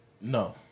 No